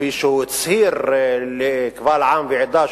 כפי שהוא הצהיר קבל עם ועדה,